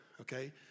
okay